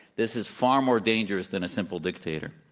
this is far more dangerous than a simple dictator.